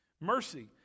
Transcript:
Mercy